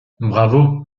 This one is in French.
bravo